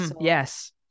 yes